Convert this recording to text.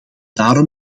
daarom